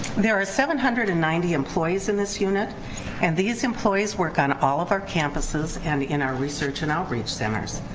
there are seven hundred and ninety employees in this unit and these employees work on all of our campuses and in our research and outreach centers.